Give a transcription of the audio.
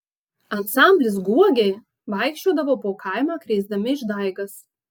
ansamblis guogiai vaikščiodavo po kaimą krėsdami išdaigas